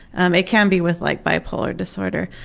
um it can be with like bipolar disorder.